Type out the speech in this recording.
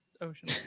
ocean